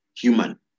human